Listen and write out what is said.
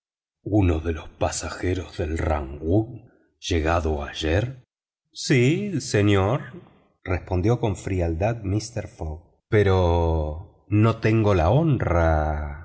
uno de los pasajeros del rangoon llegado ayer sí señor respondió con frialdad mister fogg pero no tengo la honra